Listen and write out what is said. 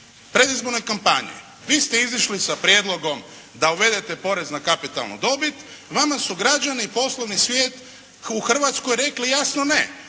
predizbornoj kampanji vi ste izišli sa prijedlogom da uvedete porez na kapitalnu dobit. Vama su građani poslovni svijet u Hrvatskoj rekli jasno ne.